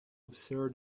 observed